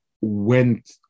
went